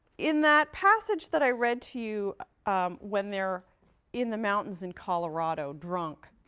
in that passage that i read to you when they're in the mountains in colorado drunk,